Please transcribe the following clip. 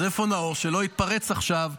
אז איפה נאור, שלא יתפרץ עכשיו.